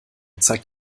zeigt